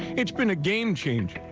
it's been a game-changer,